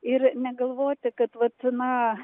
ir negalvoti kad vat na